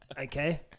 Okay